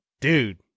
dude